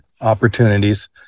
opportunities